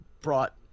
brought